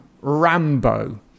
rambo